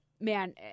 man